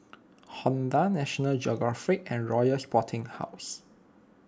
Honda National Geographic and Royal Sporting House